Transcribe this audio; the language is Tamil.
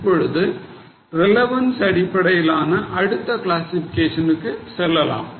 இப்பொழுது relevance அடிப்படையான அடுத்த கிளாசிஃபிகேஷனுக்கு செல்லலாம்